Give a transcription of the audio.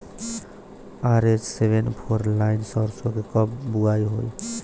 RH seven four nine सरसो के कब बुआई होई?